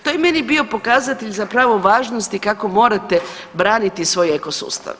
To je meni bio pokazatelj zapravo važnosti kako morate braniti svoj ekosustav.